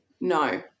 No